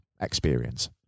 experience